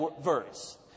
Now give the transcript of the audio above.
verse